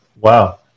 Wow